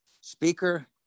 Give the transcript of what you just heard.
speaker